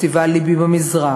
פסטיבל "לבי במזרח",